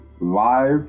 live